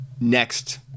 next